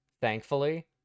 thankfully